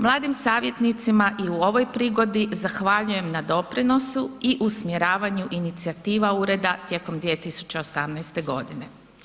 Mladim savjetnicima i u ovoj prigodi zahvaljujem na doprinosu i usmjeravanju inicijativa ureda tijekom 2018. godine.